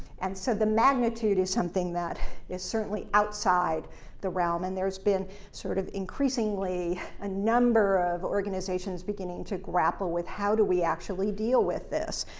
and so the magnitude is something that is certainly outside the realm, and there's been sort of increasingly a number of organizations beginning to grapple with how do we actually deal with this.